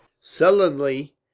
sullenly